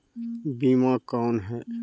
बीमा कौन है?